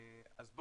אז,